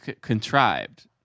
contrived